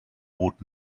would